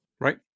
Right